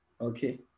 Okay